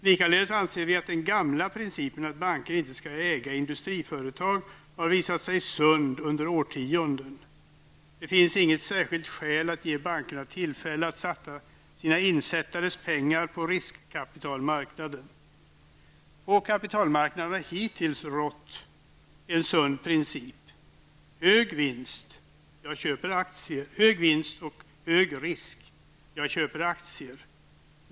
Likaledes anser vi att den gamla principen att banker inte skall äga industriföretag har under årtionden visat sig sund. Det finns inte något särskilt skäl att ge bankerna tillfälle att satsa sina insättares pengar på riskkapitalmarknaden. På kapitalmarknaden har hittills gällt en sund princip: Hög vinst och hög risk -- jag köper aktier.